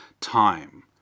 time